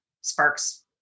sparks